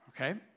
Okay